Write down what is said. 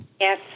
Yes